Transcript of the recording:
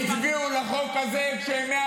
אתה הצבעת בעד החוק הזה, קצת אמת,